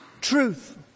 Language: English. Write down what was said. truth